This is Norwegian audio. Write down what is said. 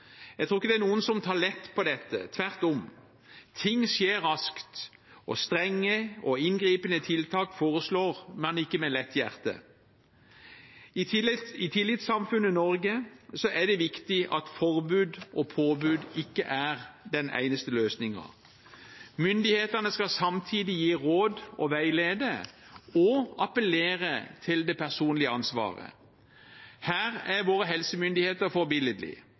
Jeg tror ikke det er noen som tar lett på dette, tvert om. Ting skjer raskt, og strenge og inngripende tiltak foreslår man ikke med lett hjerte. I tillitssamfunnet Norge er det viktig at forbud og påbud ikke er den eneste løsningen. Myndighetene skal samtidig gi råd og veilede og appellere til det personlige ansvaret. Her er våre helsemyndigheter